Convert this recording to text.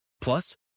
Plus